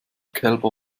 kälber